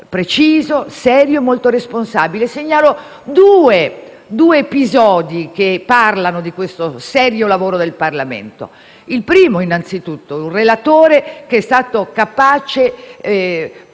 preciso, serio e molto responsabile e segnalo due episodi che parlano di questo serio lavoro del Parlamento. Il primo innanzitutto: un relatore che è stato capace,